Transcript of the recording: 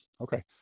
Okay